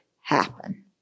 happen